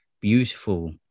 beautiful